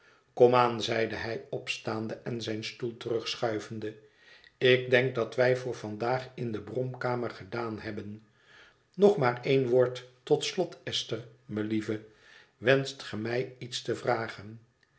zeide hij opstaande en zijn stoel terugschuivende ik denk dat wij voor vandaag in de bromkamer gedaan hebben nog maar een woord tot slot esther melieve wenscht ge mij iets te vragen